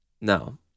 No